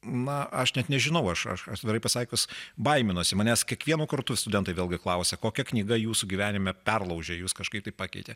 na aš net nežinau aš aš atvirai pasakius baiminuosi manęs kiekvienu kartu studentai vėlgi klausia kokia knyga jūsų gyvenime perlaužė jus kažkaip tai pakeitė